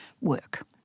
work